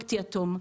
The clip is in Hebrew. הפרויקט יתום.